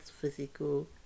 physical